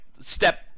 step